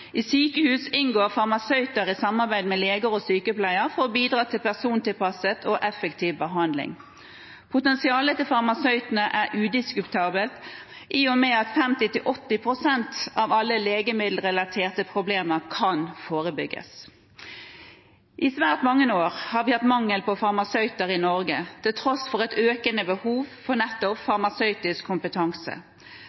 I sykehus inngår farmasøyter i samarbeid med leger og sykepleiere for å bidra til persontilpasset og effektiv behandling. Potensialet til farmasøytene er udiskutabelt, i og med at 50–80 pst. av alle legemiddelrelaterte problemer kan forebygges. I svært mange år har vi hatt mangel på farmasøyter i Norge, til tross for et økende behov for nettopp